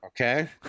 Okay